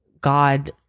God